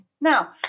Now